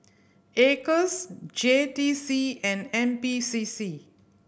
Acres J T C and N P C C